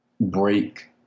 break